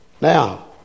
Now